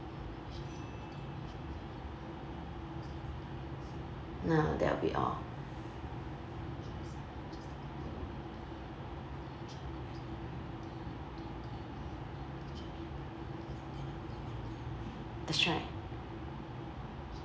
no that will be all that's right